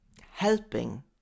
helping